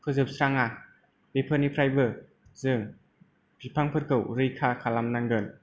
फोजोबस्राङा बेफोरनिफ्रायबो जों बिफांफोरखौ रैखा खालामनांगोन